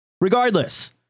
Regardless